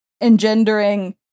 engendering